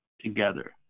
together